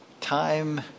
Time